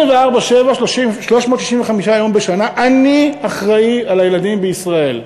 24/7, 365 יום בשנה אני אחראי על הילדים בישראל.